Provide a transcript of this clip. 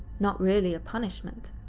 not really a punishment.